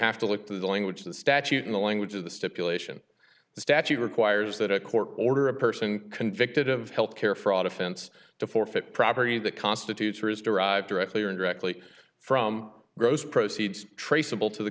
have to look to the language of the statute in the language of the stipulation the statute requires that a court order a person convicted of healthcare fraud offense to forfeit property that constitutes or is derived directly or indirectly from gross proceeds traceable to the